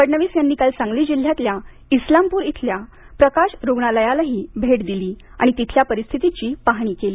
फडणवीस यांनी काल सांगली जिल्ह्यातल्या इस्लामपूर इथल्या प्रकाश रूग्णालयालाही भेट दिली आणि तिथल्या परिस्थितीची पाहणी केली